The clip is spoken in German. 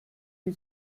die